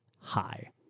Hi